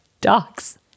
dogs